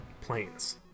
planes